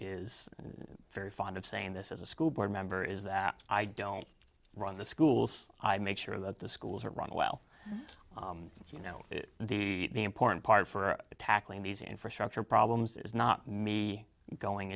is very fond of saying this as a school board member is that i don't run the schools i make sure that the schools are run well you know the important part for tackling these infrastructure problems is not me going